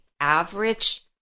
average